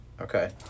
Okay